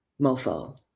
mofo